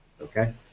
Okay